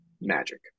magic